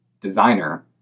designer